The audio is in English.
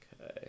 Okay